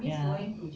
ya